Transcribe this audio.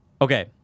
okay